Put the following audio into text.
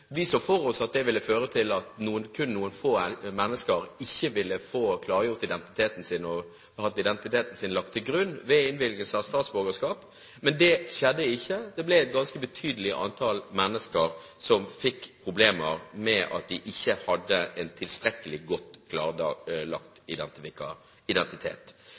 vi så for oss at det ville føre til at kun noen få mennesker ikke ville få klargjort identiteten sin og ha identiteten sin lagt til grunn ved innvilgelse av statsborgerskap. Men det skjedde ikke. Det ble et ganske betydelig antall mennesker som fikk problemer med at de ikke hadde en tilstrekkelig godt klarlagt identitet.